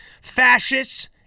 fascists